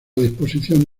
disposición